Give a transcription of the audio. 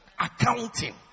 accounting